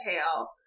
Tale